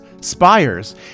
spires